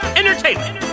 entertainment